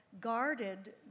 guarded